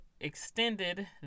extended